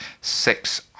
six